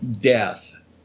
death